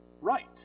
right